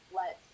let